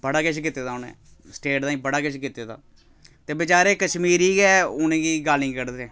बड़ा किश कीते दा उ'नें स्टेट ताईं बड़ा किश कीते दा ते बेचारे कश्मीरी गै उ'नेंगी गालीं कड्ढदे